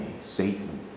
Satan